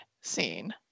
scene